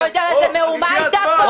אתה יודע איזו מהומה היתה פה?